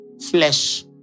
flesh